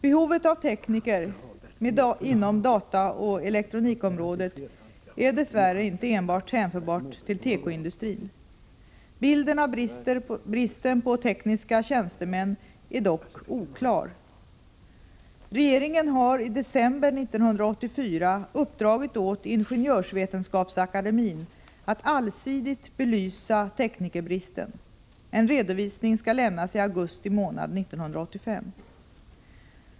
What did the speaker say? Behovet av tekniker inom dataoch elektronikområdet är dess värre inte enbart hänförbart till tekoindustrin. Bilden av bristen på tekniska tjänstemän är dock oklar. Regeringen har i december 1984 uppdragit åt Ingenjörsvetenskapsakademin att allsidigt belysa teknikerbristen. En redovisning skall lämnas i augusti månad 1985.